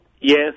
Yes